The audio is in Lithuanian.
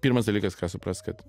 pirmas dalykas ką suprast kad